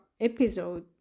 episode